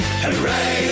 hooray